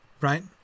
right